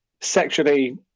sexually